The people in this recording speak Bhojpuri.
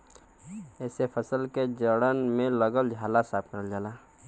एसे फसल के जड़न में लगल झाला साफ करल जाला